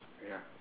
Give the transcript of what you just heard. ya